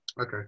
Okay